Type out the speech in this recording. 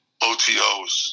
OTOs